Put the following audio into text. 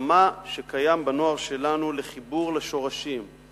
בצמא שקיים בנוער שלנו לחיבור לשורשים שלנו